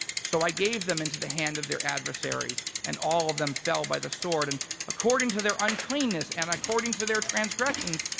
so i gave them into the hand of their adversaries and all of them fell by the sword, and according to their uncleanness and according to their transgressions,